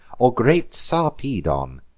or great sarpedon,